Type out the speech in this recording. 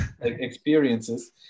experiences